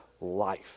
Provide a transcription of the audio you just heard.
life